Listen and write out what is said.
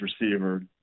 receiver